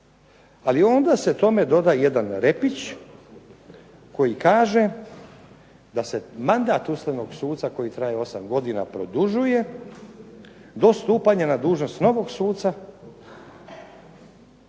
Ali onda se tome doda jedan repić, koji kaže da se mandat ustavnog suca koji traje 8 godina produžuje, do stupanja na dužnost novog suca